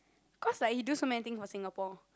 cause like he do so many things for Singapore